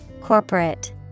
Corporate